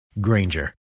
Granger